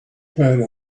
pad